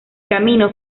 camino